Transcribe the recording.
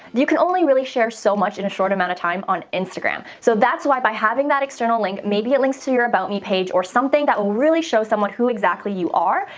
you can only really share so much in a short amount of time on instagram, so that's why by having that external link, maybe it links to your about me page or something that will really show someone who exactly you are.